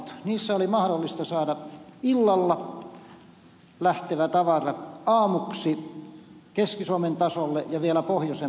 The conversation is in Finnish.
niillä oli mahdollista saada illalla lähtevä tavara aamuksi keski suomen tasolle ja vielä pohjoisemmaksikin perille